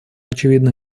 очевидно